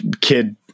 kid